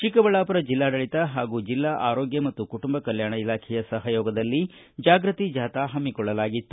ಚಿಕ್ಕಬಳ್ಳಾಪುರ ಜಿಲ್ಲಾಡಳಿತ ಹಾಗೂ ಜಿಲ್ಲಾ ಆರೋಗ್ಯ ಮತ್ತು ಕುಟುಂಬ ಕಲ್ಕಾಣ ಇಲಾಖೆಯ ಸಹಯೋಗದಲ್ಲಿ ಜಾಗೃತಿ ಜಾಥಾ ಪಮ್ಮಿಕೊಳ್ಳಲಾಗಿತ್ತು